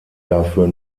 dafür